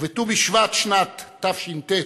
ובט"ו בשבט שנת תש"ט,